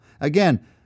Again